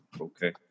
Okay